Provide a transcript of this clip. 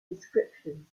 descriptions